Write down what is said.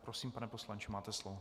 Prosím, pane poslanče, máte slovo.